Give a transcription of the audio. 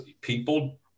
people